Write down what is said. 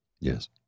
Yes